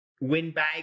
windbag